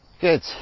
Good